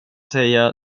säga